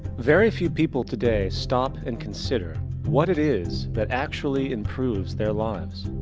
very few people today stop and consider what it is that actually improves their lives.